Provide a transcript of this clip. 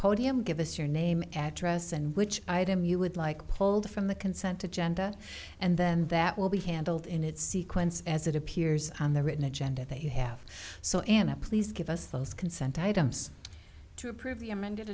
podium give us your name address and which item you would like pulled from the consent agenda and then that will be handled in its sequence as it appears on the written agenda that you have so anna please give us those consent items to approve the amended